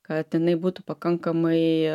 kad jinai būtų pakankamai